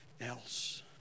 else